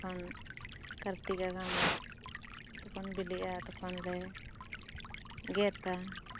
ᱛᱚᱠᱷᱚᱱ ᱠᱟᱨᱛᱤᱠ ᱟᱜᱷᱟᱲ ᱢᱟᱥ ᱛᱚᱠᱷᱚᱱ ᱵᱤᱞᱤᱜᱼᱟ ᱛᱚᱠᱷᱚᱱ ᱞᱮ ᱜᱮᱫᱟ